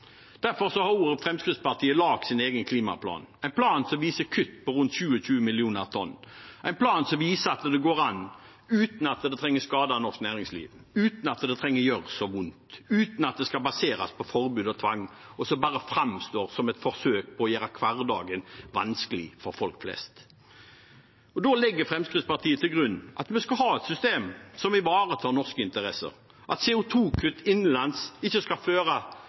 Derfor har Fremskrittspartiet laget sin egen klimaplan, en plan som viser kutt på rundt 27 millioner tonn, en plan som viser at det går an – uten at det trenger å skade norsk næringsliv, uten at det trenger å gjøre så vondt, uten at det skal baseres på forbud og tvang, som bare framstår som et forsøk på å gjøre hverdagen vanskelig for folk flest. Fremskrittspartiet legger til grunn at vi skal ha et system som ivaretar norske interesser, at CO 2 -kutt innenlands ikke skal føre